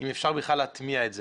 אם אפשר בכלל להטמיע את זה.